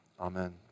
Amen